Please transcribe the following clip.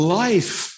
life